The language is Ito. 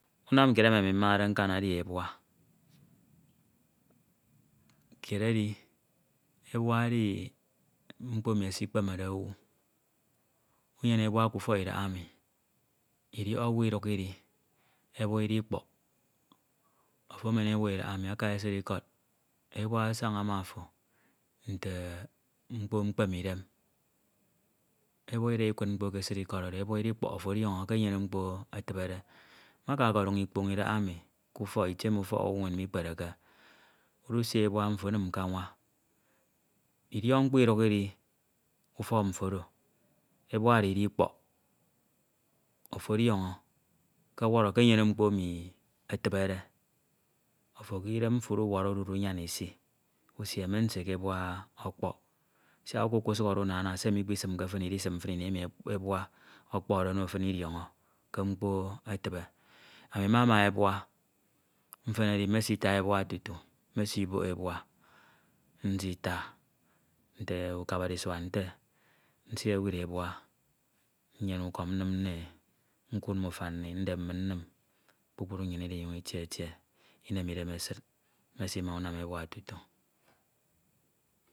Unam kied emi ami mmade nkan edi ebua. Kied edi ebua edi mkpo emi esikpemede owu, unyene ebua k'ufọk idahaemi idiọk owu iduk idi ebua idikpọk, ofo emen ebua idahaemi aka esid ikọd ebua asaña ma ofo nte mkpo mkpeme idem ebua ida ikud mkpo ke esid ikọd oro ebua idikpọk ofo ọdiọñọ ke enyene mkpo etibede me aka ọkọduñ ikpoñ idahaemi k'ufọk itie emi ufọk owu mwen mikpereke udu si ebua mfo enim ke anwa idiọk mkpo iduk idi ufọk mfo oro ebua oro idikpọk ofo ọdiọñọ ke ọwọrọ ke enyene mkpo emi etibede ofo k'idem mfo uduwọrọ udi udunyan isi usie me nse ke ebua ọkpọk siak uka ukọsughọre unana se mikpesimke fin idisim fin ini emi ebua ọkpọkde ono fin idiọñọ ke mkpo etibe. Ami mama ebua, mfen edi mesita ebua tutu mesibok ebua nsita nte ukabara isua nte nsi nwewid ebua nyenne ukọm nnim nno e nkud mm'ufan mmi ndep mmin nnim kpukpru nnyin idinyuñ iditietie inem idem nnyin esid mesima unam ebua tutu.